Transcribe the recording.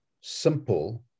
simple